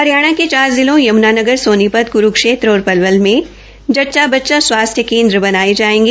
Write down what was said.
हरियाणा के चार जिलों यमुनानगर सोनीपत कुरूक्षेत्र और पलवल में जज्चा बच्चा स्वास्थ्य केन्द्र बनाये जायेंगे